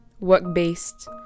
work-based